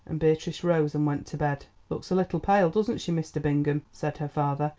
and beatrice rose and went to bed. looks a little pale, doesn't she, mr. bingham? said her father.